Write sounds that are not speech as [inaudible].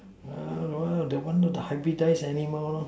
[noise] that one lah that one lor the hybridise animal